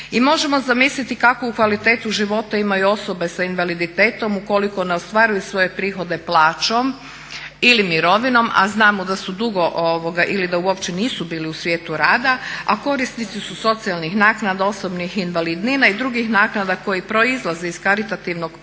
I možemo zamisliti kakvu kvalitetu života imaju osobe sa invaliditetom ukoliko ne ostvaruje svoje prihode plaćom ili mirovinom a znamo da su dugo ili da uopće nisu bili u svijetu rada a korisnici su socijalnih naknada, osobnih invalidnina i drugih naknada koje proizlaze iz karitativnog pristupa